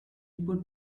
put